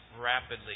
rapidly